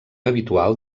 habitual